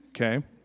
okay